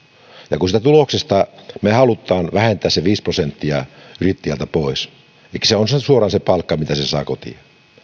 ja kun siitä tuloksesta halutaan vähentää se viisi prosenttia yrittäjältä pois elikkä se on suoraan se palkka minkä hän saa kotiin